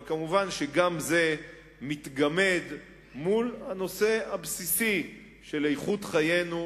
אבל כמובן גם זה מתגמד מול הנושא הבסיסי של איכות חיינו,